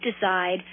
decide